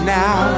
now